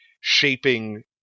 shaping